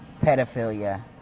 pedophilia